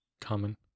common